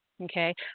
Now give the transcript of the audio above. Okay